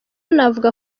navuga